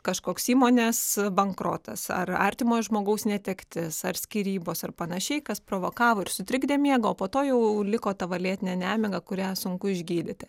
kažkoks įmonės bankrotas ar artimo žmogaus netektis ar skyrybos ar panašiai kas provokavo ir sutrikdė miegą o po to jau liko ta va lėtinė nemiga kurią sunku išgydyti